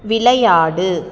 விளையாடு